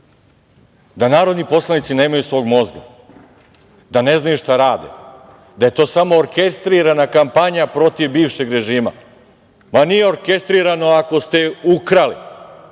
da narodni poslanici nemaju svog mozga, da ne znaju šta rade, da je to samo orkestrirana kampanja protiv bivšeg režima. Pa nije orkestrirano ako ste ukrali,